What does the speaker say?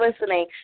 listening